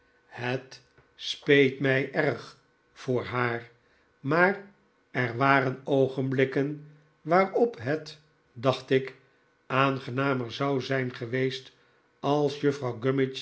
het speet mij erg voor haar maar er waren oogenblikken waarop het dacht ik aangenamer zou zijn geweest als